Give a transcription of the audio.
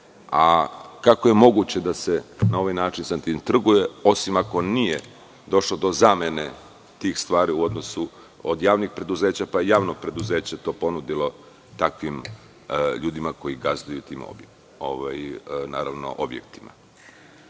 a kako je moguće da se na ovaj način sa tim trguje, osim ako nije došlo do zamene tih stvari u odnosu od javnih preduzeća, pa je javno preduzeće to ponudilo takvim ljudima koji gazduju tim objektima. Smatram